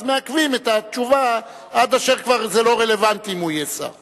אז מעכבים את התשובה עד אשר זה כבר לא רלוונטי לשאלה